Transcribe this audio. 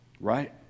Right